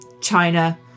China